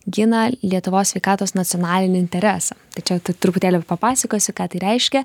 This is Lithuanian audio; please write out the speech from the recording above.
gina lietuvos sveikatos nacionalinį interesą tai čia truputėlį papasakosiu ką tai reiškia